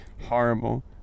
Horrible